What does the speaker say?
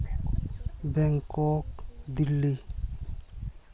Bangkok Delhi